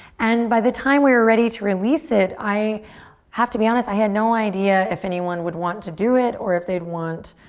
and by the time we were ready to release it, i have to be honest, i had no idea if anyone would want to do it or if they'd want